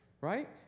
Right